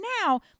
now